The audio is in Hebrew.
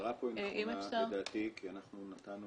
ההגדרה פה נכונה לדעתי כי אנחנו נתנו